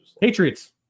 Patriots